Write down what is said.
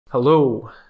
Hello